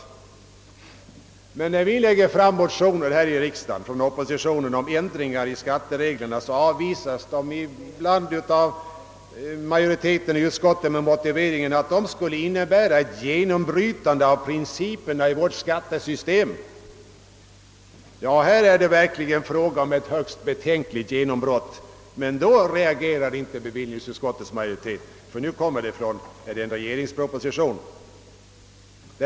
När vi från oppositionen lägger fram motioner här i riksdagen om ändring av skatteregler avvisas de ibland av utskottsmajoriteten med motiveringen att de skulle innebära ett genombrytande av principerna i skattesystemet. Här är det verkligen fråga om ett högst betänkligt genombrott, men nu reagerar inte bevillningsutskottets majoritet, ty nu är det fråga om en regeringsproposition.